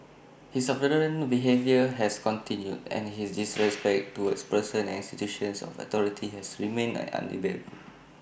his abhorrent behaviour has continued and his disrespect towards persons and institutions of authority has remained unabated